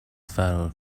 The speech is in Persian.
فرار